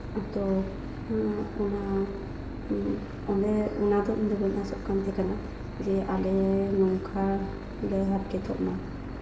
ᱟᱫᱚ ᱚᱱᱟ ᱚᱸᱰᱮ ᱚᱱᱟ ᱫᱚ ᱤᱧ ᱫᱚ ᱵᱟᱹᱧ ᱟᱥᱚᱜ ᱠᱟᱱ ᱛᱟᱦᱮᱸ ᱠᱟᱱᱟ ᱡᱮ ᱟᱞᱮ ᱱᱚᱝᱠᱟ ᱞᱮ ᱦᱟᱨᱠᱮᱛᱚᱜ ᱢᱟ